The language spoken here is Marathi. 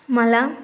मला